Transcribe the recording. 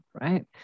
right